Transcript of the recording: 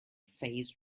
phase